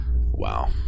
wow